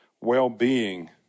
well-being